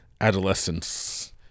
adolescence